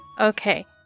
Okay